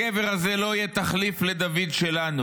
הגבר הזה לא יהיה תחליף לדוד שלנו,